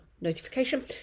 notification